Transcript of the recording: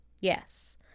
yes